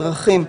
דרכים,